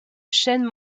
chaîne